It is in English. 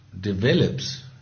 develops